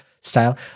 style